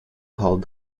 hold